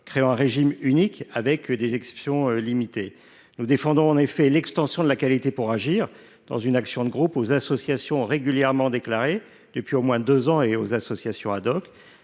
créant un régime unique assorti d’exceptions limitées. En effet, nous défendons : l’extension de la qualité pour agir dans une action de groupe aux associations régulièrement déclarées depuis au moins deux ans et aux associations ;